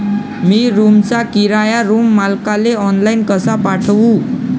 मी रूमचा किराया रूम मालकाले ऑनलाईन कसा पाठवू?